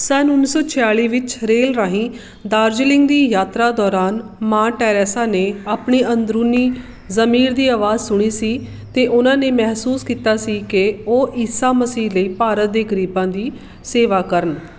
ਸੰਨ ਉੱਨੀ ਸੌ ਛਿਆਲੀ ਵਿੱਚ ਰੇਲ ਰਾਹੀਂ ਦਾਰਜੀਲਿੰਗ ਦੀ ਯਾਤਰਾ ਦੌਰਾਨ ਮਾਂ ਟੈਰੇਸਾ ਨੇ ਆਪਣੀ ਅੰਦਰੂਨੀ ਜ਼ਮੀਰ ਦੀ ਆਵਾਜ਼ ਸੁਣੀ ਸੀ ਅਤੇ ਉਹਨਾਂ ਨੇ ਮਹਿਸੂਸ ਕੀਤਾ ਸੀ ਕਿ ਉਹ ਈਸਾ ਮਸੀਹ ਲਈ ਭਾਰਤ ਦੇ ਗ਼ਰੀਬਾਂ ਦੀ ਸੇਵਾ ਕਰਨ